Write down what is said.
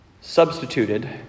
substituted